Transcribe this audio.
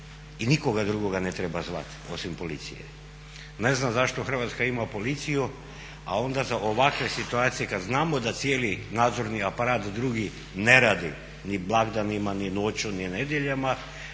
i nikoga drugoga ne treba zvati osim policije. Ne znam zašto Hrvatska ima policiju, a onda za ovakve situacije kada znamo da cijeli nadzorni aparat drugi ne radi ni blagdanima, ni noću, ni nedjeljama